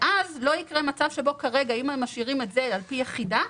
אז לא יקרה מצב שבו כרגע אם הם משאירים את זה על פי יחידה,